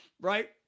right